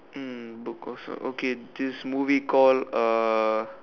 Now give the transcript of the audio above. mm book also okay this movie called uh